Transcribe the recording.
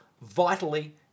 vitally